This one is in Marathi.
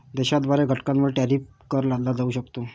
देशाद्वारे घटकांवर टॅरिफ कर लादला जाऊ शकतो